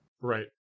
Right